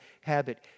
habit